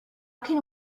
can